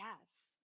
yes